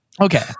okay